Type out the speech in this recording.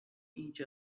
each